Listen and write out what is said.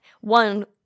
one